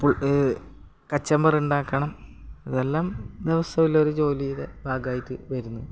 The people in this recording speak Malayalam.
ഈ കച്ചമ്പറുണ്ടാക്കണം അതെല്ലാം ദിവസമെല്ലൊരു ജോലിയിലെ ഭാഗമായിട്ട് വരുന്നു